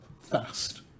fast